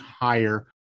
higher